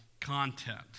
content